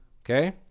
Okay